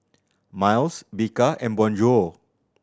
Miles Bika and Bonjour